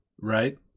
Right